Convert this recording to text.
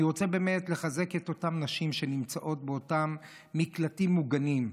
אני רוצה באמת לחזק את אותן נשים שנמצאות באותם מקלטים מוגנים.